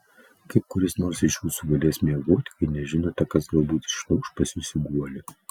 kaip kuris nors iš jūsų galės miegoti kai nežinote kas galbūt įšliauš pas jus į guolį